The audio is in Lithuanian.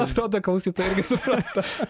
atrodo klausytojai irgi suprato